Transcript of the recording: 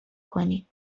کنید